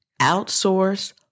outsource